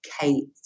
Kate